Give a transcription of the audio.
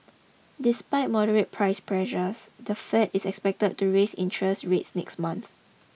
despite moderate price pressures the Fed is expected to raise interest rates next month